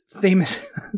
famous